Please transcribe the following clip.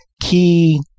key